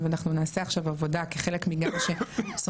ואנחנו נעשה עכשיו עבודה כחלק מזה ששוחחנו